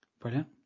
Brilliant